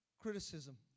criticism